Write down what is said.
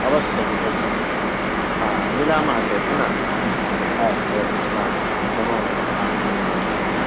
अवश्यम् अवश्यं हा मिलामः चेत् हेना हा हा नमो नमः आं नमो नमः